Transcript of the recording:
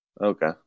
Okay